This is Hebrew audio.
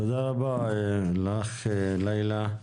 תודה רבה לך, לילא.